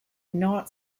not